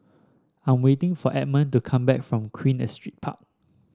I am waiting for Edmund to come back from Queen Astrid Park